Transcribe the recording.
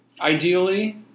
ideally